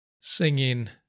singing